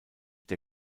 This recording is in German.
der